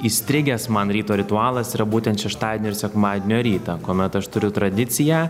įstrigęs man ryto ritualas yra būtent šeštadienio ir sekmadienio rytą kuomet aš turiu tradiciją